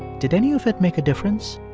did any of it make a difference?